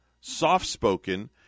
soft-spoken